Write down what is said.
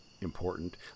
important